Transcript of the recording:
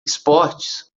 esportes